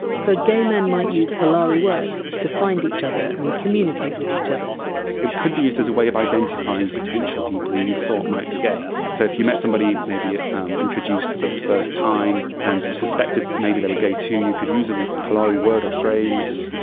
so gay men might use polari words to find each other and communicate with each other it could be used as a way of identifying potential people who you thought might be gay. so if you met somebody, maybe ah um introduced for the first time, and you suspected maybe they were gay too, you could use and a polari word or phrase,